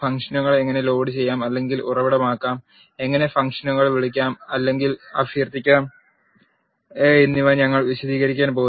ഫംഗ്ഷനുകൾ എങ്ങനെ ലോഡുചെയ്യാം അല്ലെങ്കിൽ ഉറവിടമാക്കാം എങ്ങനെ ഫംഗ്ഷനുകൾ വിളിക്കാം അല്ലെങ്കിൽ അഭ്യർത്ഥിക്കാം എന്നിവ ഞങ്ങൾ വിശദീകരിക്കാൻ പോകുന്നു